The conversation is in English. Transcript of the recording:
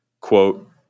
quote